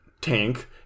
tank